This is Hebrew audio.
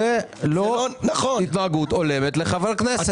זה לא התנהגות הולמת לחבר כנסת.